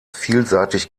vielseitig